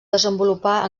desenvolupar